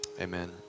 amen